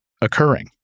occurring